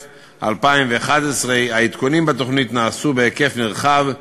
2011. העדכונים בתוכנית נעשו בהיקף נרחב,